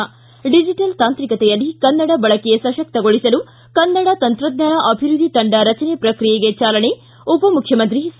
ಿ ಡಿಜೆಟಲ್ ತಾಂತ್ರಿಕತೆಯಲ್ಲಿ ಕನ್ನಡ ಬಳಕೆ ಸಶಕ್ತಗೊಳಿಸಲು ಕನ್ನಡ ತಂತ್ರಜ್ಞಾನ ಅಭಿವೃದ್ದಿ ತಂಡ ರಚನೆ ಪ್ರಕ್ರಿಯೆಗೆ ಚಾಲನೆ ಉಪಮುಖ್ಯಮಂತ್ರಿ ಸಿ